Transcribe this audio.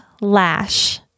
Lash